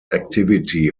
activity